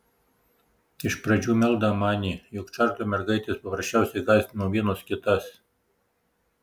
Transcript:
iš pradžių meldą manė jog čarliu mergaitės paprasčiausiai gąsdino vienos kitas